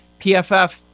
PFF